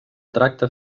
tracte